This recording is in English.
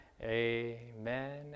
Amen